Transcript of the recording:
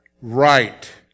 right